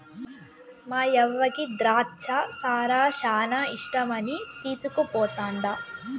మాయవ్వకి ద్రాచ్చ సారా శానా ఇష్టమని తీస్కుపోతండా